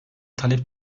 talep